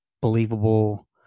believable